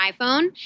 iPhone